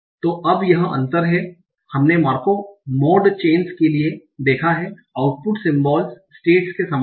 तो अब यह अंतर है जो हमने मार्कोव मोड चेनस के लिए देखा है आउटपुट सिमबोल्स स्टेट्स के समान हैं